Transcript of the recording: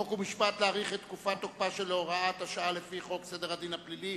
חוק ומשפט להאריך את תקופת תוקפה של הוראת השעה לפי חוק סדר הדין הפלילי